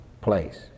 place